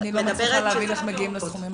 אני לא מצליחה להבין איך מגיעים לסכומים האלה.